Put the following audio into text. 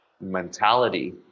mentality